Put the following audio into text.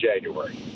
January